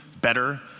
better